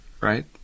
right